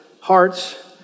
hearts